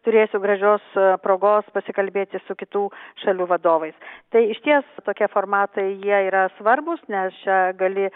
turėsiu gražios progos pasikalbėti su kitų šalių vadovais tai išties tokie formatai jie yra svarbūs nes čia gali